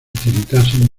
tiritasen